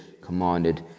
commanded